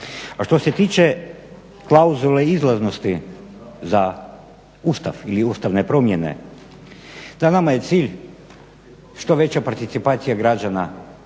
A što se tiče klauzule izlaznosti za Ustav ili ustavne promjene, da nama je cilj što veća participacija građana